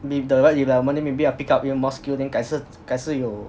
with the web development then maybe I'll pick up even more skills then 改次改次有